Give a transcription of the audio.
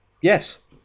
Yes